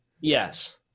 Yes